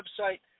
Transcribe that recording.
website